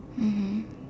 mmhmm